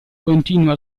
continua